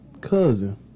cousin